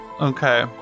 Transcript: Okay